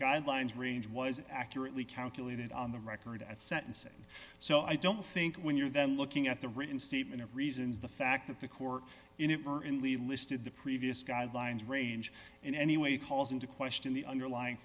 guidelines range was accurately calculated on the record at sentencing so i don't think when you're then looking at the written statement of reasons the fact that the court in for in the listed the previous guidelines range in any way calls into question the underlying